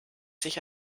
sich